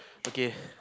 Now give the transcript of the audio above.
okay